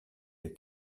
ihr